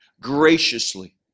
graciously